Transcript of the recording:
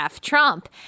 Trump